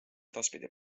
edaspidi